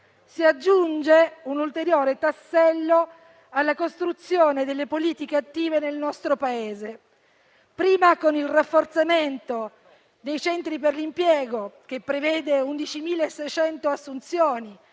si aggiunge un ulteriore tassello alla costruzione delle politiche attive nel nostro Paese, anzitutto con il rafforzamento dei centri per l'impiego, che prevede 11.600 assunzioni.